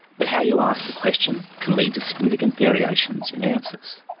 but how you ask the question can lead to significant variations in answers.